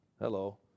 Hello